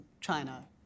China